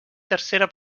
tercera